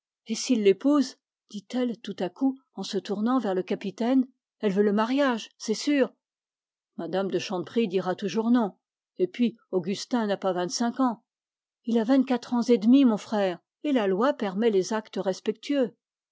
s'il l'épouse dit-elle en se tournant vers le capitaine elle veut le mariage c'est sûr mme de chanteprie dira toujours non et puis augustin n'a pas vingt-cinq ans il a vingt-quatre ans et demi mon frère et la loi permet les actes respectueux